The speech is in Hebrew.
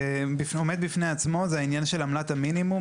זה עומד בפני עצמו, זה העניין של עמלת המינימום.